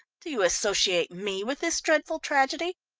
do you associate me with this dreadful tragedy?